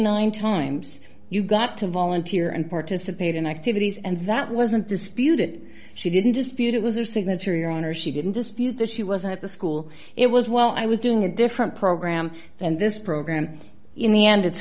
dollars times you got to volunteer and participate in activities and that wasn't disputed she didn't dispute it was her signature your honor she didn't dispute that she wasn't at the school it was while i was doing a different program and this program in the end it's